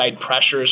pressures